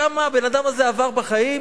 כמה הבן-אדם הזה עבר בחיים?